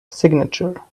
signature